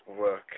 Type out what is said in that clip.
work